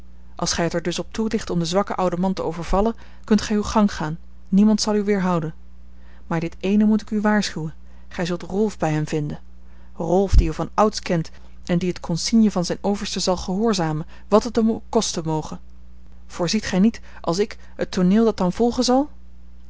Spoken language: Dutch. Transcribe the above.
als gij het er dus op toeligt om den zwakken ouden man te overvallen kunt gij uw gang gaan niemand zal u weerhouden maar dit eene moet ik u waarschuwen gij zult rolf bij hem vinden rolf die u van ouds kent en die het consigne van zijn overste zal gehoorzamen wat het hem ook kosten moge voorziet gij niet als ik het tooneel dat dan volgen zal